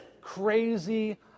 crazy